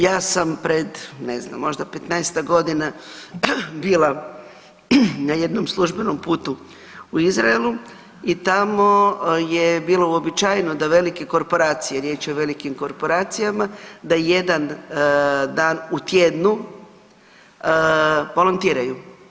Ja sam pred ne znam 15-tak godina bila na jednom službenom putu u Izraelu i tamo je bilo uobičajeno da velike korporacije, riječ je o velikim korporacijama da jedan dan u tjednu volontiraju.